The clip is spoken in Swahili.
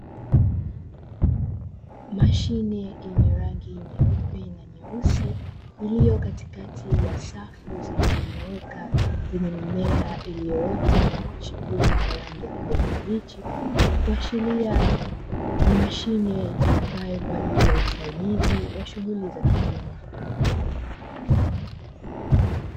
Mashine yenye rangi nyeupe na nyeusi uliyokatikati ya safu zilizonyooka zenye mimea iliyoota na kuchipua kwa rangi ya kijani kibichi, kuashiria ni mashine itumikayo kwa ajili ya usaidizi wa shughuli za kilimo.